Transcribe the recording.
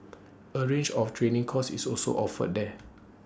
A range of training courses is also offered there